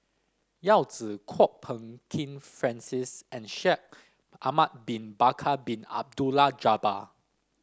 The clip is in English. Yao Zi Kwok Peng Kin Francis and Shaikh Ahmad Bin Bakar Bin Abdullah Jabbar